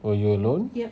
were you alone